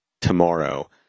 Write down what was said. tomorrow